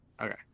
Okay